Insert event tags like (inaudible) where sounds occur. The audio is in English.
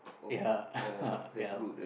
ya (laughs) yup